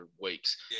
weeks